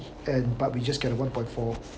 and but we just get a one point four